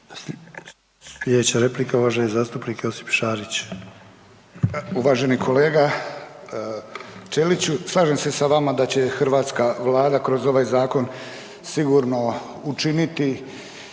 Uvaženi kolega Ćeliću, slažem se sa vama da će Hrvatska vlada kroz ovaj zakon sigurno učiniti